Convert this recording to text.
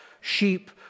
sheep